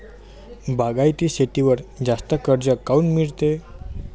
बागायती शेतीवर जास्त कर्ज काऊन मिळते?